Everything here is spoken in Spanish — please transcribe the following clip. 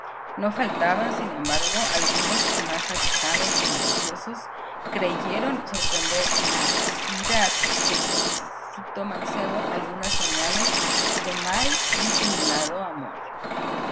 no faltaban sin embargo algunos que más avisados o maliciosos creyeron sorprender en la asiduidad del solicito mancebo algunas señales de mal disimulado amor